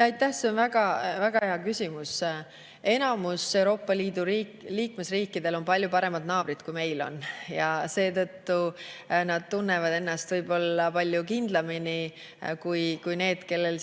See on väga hea küsimus. Enamikul Euroopa Liidu liikmesriikidel on palju paremad naabrid kui meil ja seetõttu nad tunnevad ennast võib-olla palju kindlamini kui need, kellel on